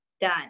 done